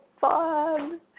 fun